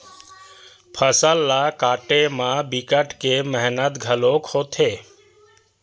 फसल ल काटे म बिकट के मेहनत घलोक होथे